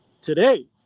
today